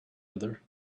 other